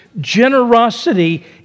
generosity